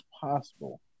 possible